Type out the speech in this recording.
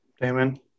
Damon